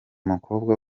mukobwa